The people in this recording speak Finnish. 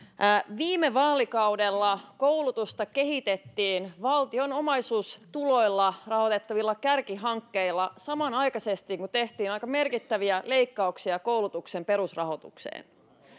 viime vaalikaudella koulutusta kehitettiin valtion omaisuustuloilla rahoitettavilla kärkihankkeilla samanaikaisesti kun tehtiin aika merkittäviä leikkauksia koulutuksen perusrahoitukseen